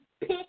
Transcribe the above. pick